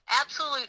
absolute